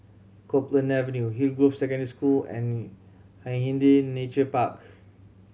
Copeland Avenue Hillgrove Secondary School and Hindhede Nature Park